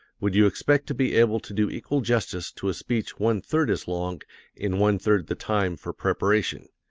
would you expect to be able to do equal justice to a speech one-third as long in one-third the time for preparation?